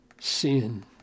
sin